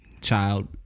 child